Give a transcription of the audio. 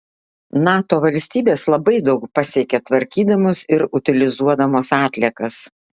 nato valstybės labai daug pasiekė tvarkydamos ir utilizuodamos atliekas